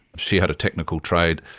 she had a technical trade,